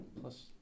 plus